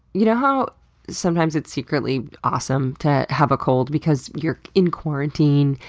you know how sometimes it's secretly awesome to have a cold because you're in quarantine,